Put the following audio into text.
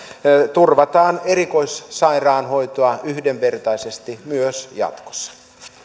turvataan erikoissairaanhoitoa yhdenvertaisesti myös jatkossa